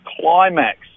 climax